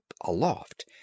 aloft